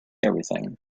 everything